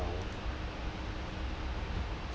!wow!